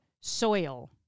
soil